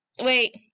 Wait